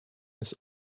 his